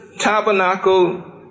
tabernacle